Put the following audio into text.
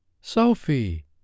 Sophie